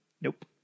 Nope